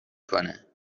کنه